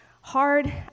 Hard